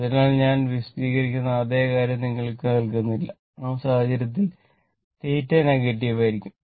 അതിനാൽ ഞാൻ വിശദീകരിക്കുന്ന അതേ കാര്യം നിങ്ങൾക്ക് നൽകുന്നില്ല ആ സാഹചര്യത്തിൽ θ നെഗറ്റീവ് ആയിരിക്കും